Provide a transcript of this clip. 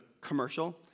commercial